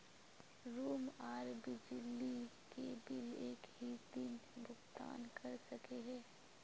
Room आर बिजली के बिल एक हि दिन भुगतान कर सके है?